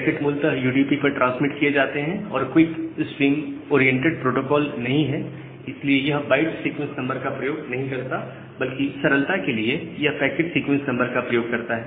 packet मूलतः UDP पर transmit किए जाते हैं और क्विक स्ट्रीम ओरिएंटेड प्रोटोकॉल नहीं है इसलिए यह बाइट सीक्वेंस नंबर का प्रयोग नहीं करता बल्कि सरलता के लिए यह पैकेट सीक्वेंस नंबर का प्रयोग करता है